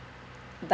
but